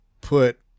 put